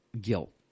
guilt